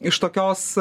iš tokios